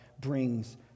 brings